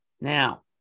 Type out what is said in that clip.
Now